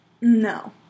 No